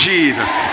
Jesus